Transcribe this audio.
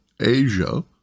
Asia